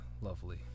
Lovely